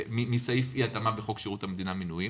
מסעיף אי התאמה בחוק שירות המדינה (מינויים),